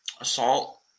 assault